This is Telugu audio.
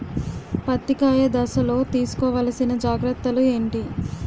పత్తి కాయ దశ లొ తీసుకోవల్సిన జాగ్రత్తలు ఏంటి?